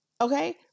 Okay